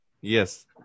yes